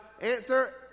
answer